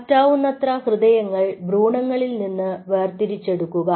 പറ്റാവുന്നത്ര ഹൃദയങ്ങൾ ഭ്രൂണങ്ങളിൽ നിന്ന് വേർതിരിച്ചെടുക്കുക